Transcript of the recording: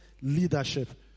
leadership